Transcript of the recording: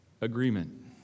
agreement